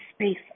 space